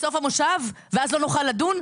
בסוף המושב ואז לא נוכל לדון?